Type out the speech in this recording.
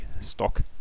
stock